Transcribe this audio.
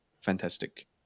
fantastic